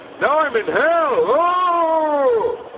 now i'm in hell! oh!